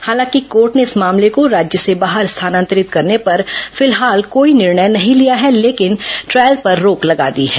हालांकि कोर्ट ने इस मामले को राज्य से बाहर स्थानांतरित करने पर फिलहाल कोई निर्णय नहीं लिया है लेकिन ट्रायल पर रोक लगा दी है